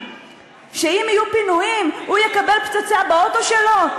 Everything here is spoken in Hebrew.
שאם יהיו פינויים הוא יקבל פצצה באוטו שלו.